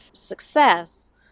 success